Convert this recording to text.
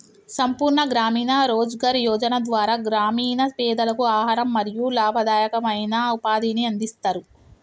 సంపూర్ణ గ్రామీణ రోజ్గార్ యోజన ద్వారా గ్రామీణ పేదలకు ఆహారం మరియు లాభదాయకమైన ఉపాధిని అందిస్తరు